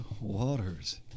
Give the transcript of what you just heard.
Waters